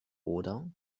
oder